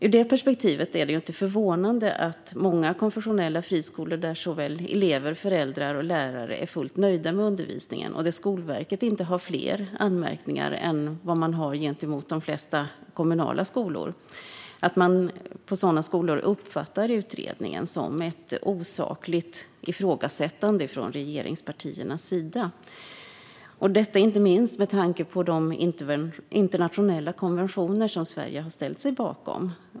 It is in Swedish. Ur det perspektivet är det inte förvånande att många konfessionella friskolor, där såväl elever som föräldrar och lärare är fullt nöjda med undervisningen och där Skolverket inte har fler anmärkningar än mot de flesta kommunala skolor, uppfattar utredningen som ett osakligt ifrågasättande från regeringspartiernas sida. Detta gäller inte minst med tanke på de internationella konventioner som Sverige har ställt sig bakom.